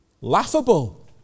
Laughable